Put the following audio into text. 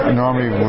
normally